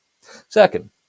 Second